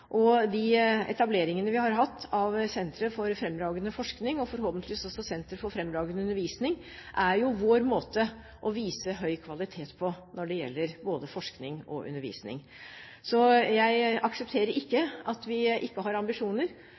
av sentre for fremragende forskning og forhåpentligvis også sentre for fremragende undervisning er jo vår måte å vise høy kvalitet på når det gjelder både forskning og undervisning. Jeg aksepterer derfor ikke at vi ikke har ambisjoner.